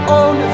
on